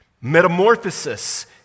Metamorphosis